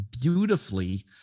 beautifully